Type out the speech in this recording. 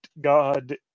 God